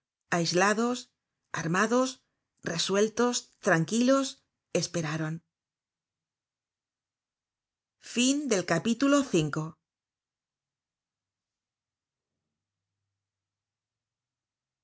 aislados armados resueltos traquilos esperaron